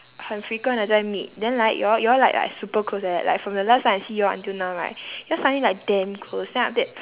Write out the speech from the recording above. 很 frequent 的在 meet then like you all you all like like super close like that like from the last time I see you all until now right you all suddenly like damn close then after that